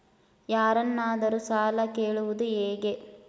ಯಾರನ್ನಾದರೂ ಸಾಲ ಕೇಳುವುದು ಹೇಗೆ?